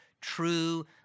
true